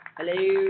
Hello